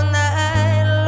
night